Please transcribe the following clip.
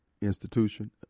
institution